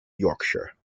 yorkshire